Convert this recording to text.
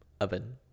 oven